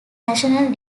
national